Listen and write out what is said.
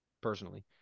personally